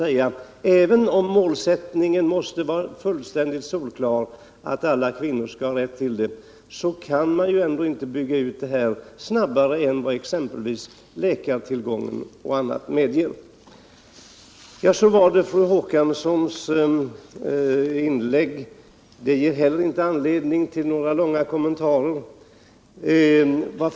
Även om målsättningen måste vara fullständigt solklar att alla kvinnor skall ha rätt till smärtlindring så tycker jag att man kan säga att det ändå inte går att bygga ut på det här området snabbare än vad exempelvis läkartillgången och annat medger. Beträffande Margot Håkanssons inlägg vill jag säga att det inte heller ger anledning till några långa kommentarer.